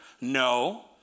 No